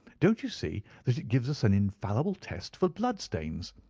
don't you see that it gives us an infallible test for blood stains.